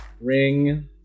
ring